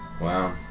Wow